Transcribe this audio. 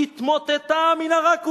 התמוטטה המנהרה כולה,